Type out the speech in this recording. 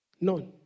None